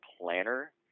planner